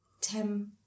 Tim